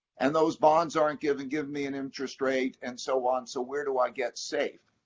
and those bonds aren't giving giving me an interest rate, and so on, so where do i get safe?